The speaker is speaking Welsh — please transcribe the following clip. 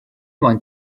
moyn